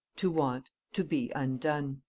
to want, to be undone.